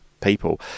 people